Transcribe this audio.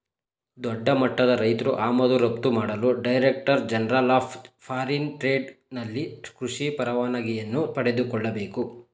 ದೊಡ್ಡಮಟ್ಟದ ರೈತ್ರು ಆಮದು ರಫ್ತು ಮಾಡಲು director general of foreign trade ನಲ್ಲಿ ಕೃಷಿ ಪರವಾನಿಗೆಯನ್ನು ಪಡೆದುಕೊಳ್ಳಬೇಕು